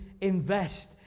invest